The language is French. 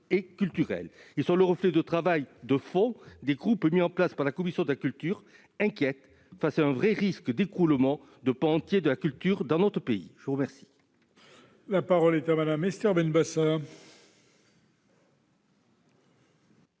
Ils sont le reflet du travail de fond des groupes mis en place par la commission de la culture, inquiète face à un vrai risque d'écroulement de pans entiers de la culture dans notre pays. Très bien